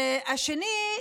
והשני,